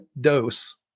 dose